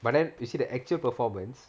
but then you see the actual performance